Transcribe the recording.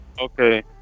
Okay